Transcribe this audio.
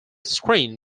screen